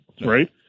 Right